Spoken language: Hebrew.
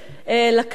לכנסת.